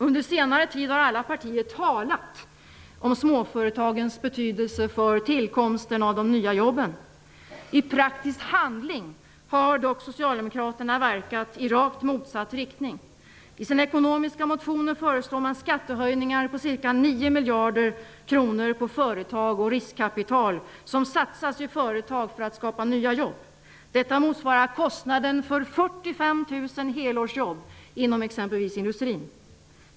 Under senare tid har alla partier talat om småföretagens betydelse för tillkomsten av de nya jobben. I praktisk handling har dock Socialdemokraterna verkat i rakt motsatt riktning. I sina ekonomiska motioner förseslår man skattehöjningar på ca 9 miljarder kronor på företag och på riskkapital som satsas i företag för att skapa nya jobb. Detta motsvarar kostnaden för 45 000 helårsjobb inom exempelvis industrin.